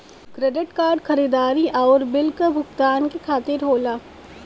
credit card खरीदारी आउर bill क भुगतान के खातिर होला